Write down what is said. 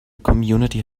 community